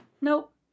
nope